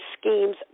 schemes